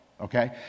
okay